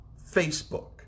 Facebook